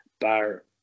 Bar